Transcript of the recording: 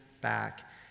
back